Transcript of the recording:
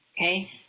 okay